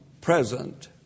present